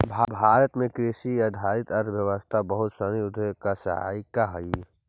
भारत में कृषि आधारित अर्थव्यवस्था बहुत सनी उद्योग के सहायिका हइ